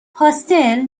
پاستل